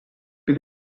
bydd